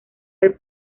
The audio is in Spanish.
del